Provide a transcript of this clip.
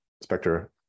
Spectre